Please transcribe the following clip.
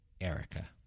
Erica